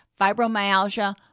fibromyalgia